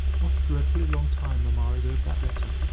what a dreadfully long time mamma is over that letter!